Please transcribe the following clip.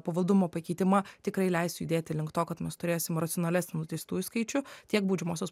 pavaldumo pakeitimą tikrai leis judėti link to kad mes turėsim racionalesnį nuteistųjų skaičių tiek baudžiamosios